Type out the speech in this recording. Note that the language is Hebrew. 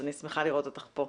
אז אני שמחה לראות אותך פה.